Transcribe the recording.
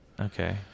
Okay